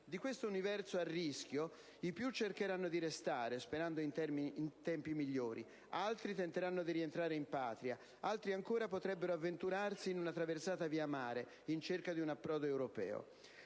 Di questo universo a rischio, i più cercheranno di restare, sperando in tempi migliori; altri tenteranno di rientrare in Patria; altri ancora potrebbero avventurarsi in una traversata via mare, in cerca di un approdo europeo.